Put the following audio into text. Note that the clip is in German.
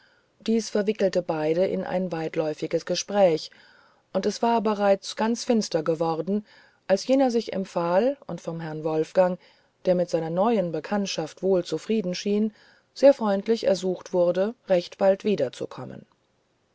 dies verwickelte beide in ein weitläufiges gespräch und es war bereits ganz finster geworden als jener sich empfahl und vom herrn wolfgang der mit seiner neuen bekanntschaft wohl zufrieden schien sehr freundschaftlich ersucht wurde recht bald wiederzukommen